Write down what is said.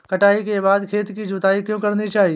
कटाई के बाद खेत की जुताई क्यो करनी चाहिए?